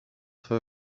for